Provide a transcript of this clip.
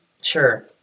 sure